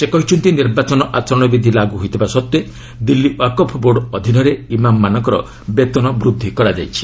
ସେ କହିଛନ୍ତି ନିର୍ବାଚନ ଆଚରଣ ବିଧି ଲାଗୁ ହୋଇଥିବା ସତ୍ତ୍ୱେ ଦିଲ୍ଲୀ ୱାକଫ୍ ବୋର୍ଡ଼ ଅଧୀନରେ ଇମାମ୍ମାନଙ୍କର ବେତନ ବୃଦ୍ଧି କରାଯାଇଛି